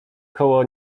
koło